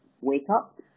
wake-up